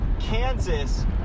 Kansas